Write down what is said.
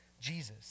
Jesus